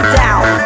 down